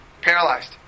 Paralyzed